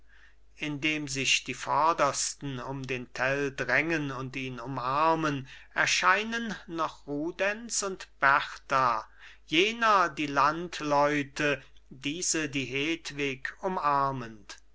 indem sich die vordersten um den tell drängen und ihn umarmen erscheinen noch rudenz und berta jener die landleute diese die hedwig umarmend